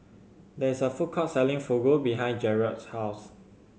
there is a food court selling Fugu behind Jarrod's house